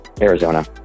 Arizona